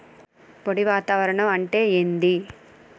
పొడి వాతావరణం అంటే ఏంది?